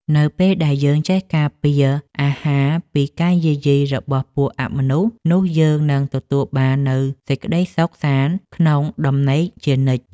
នៅពេលដែលយើងចេះការពារអាហារពីការយាយីរបស់ពួកអមនុស្សនោះយើងនឹងទទួលបាននូវសេចក្តីសុខសាន្តក្នុងដំណេកជានិច្ច។